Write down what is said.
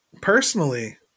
personally